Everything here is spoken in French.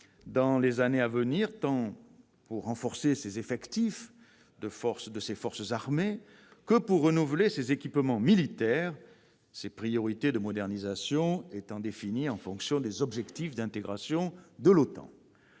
dans les années à venir, tant pour renforcer les effectifs de ses forces armées que pour renouveler ses équipements militaires, ses priorités de modernisation étant définies en fonction des objectifs d'intégration à l'OTAN.